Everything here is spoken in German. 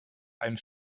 einen